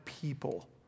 people